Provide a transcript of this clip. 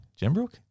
Jembrook